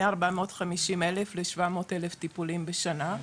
מ-450,000 ל-700,000 טיפולים בשנה.